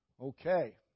Okay